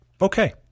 okay